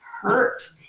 hurt